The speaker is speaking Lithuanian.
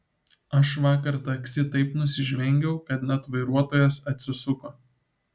aš vakar taksi taip nusižvengiau kad net vairuotojas atsisuko